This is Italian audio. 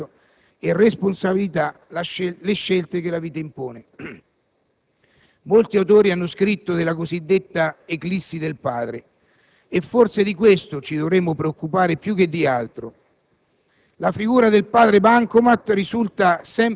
e la necessaria sicurezza per affrontare con coraggio e responsabilità le scelte che la vita impone. Molti autori hanno scritto della cosiddetta eclissi del padre e forse dovremmo preoccuparci di questa più che di altro.